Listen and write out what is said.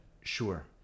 sure